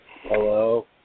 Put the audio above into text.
Hello